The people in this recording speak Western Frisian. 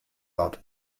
dat